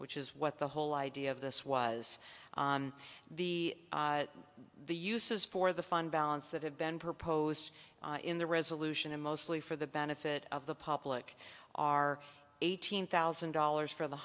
which is what the whole idea of this was the the uses for the fund balance that have been proposed in the resolution and mostly for the benefit of the public are eighteen thousand dollars for the